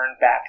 back